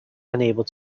unable